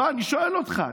אני שואל אותך,